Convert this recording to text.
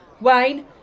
Wayne